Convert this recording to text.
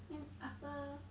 then after